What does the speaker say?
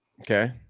Okay